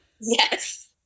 Yes